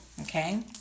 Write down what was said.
okay